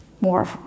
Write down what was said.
more